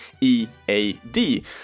EAD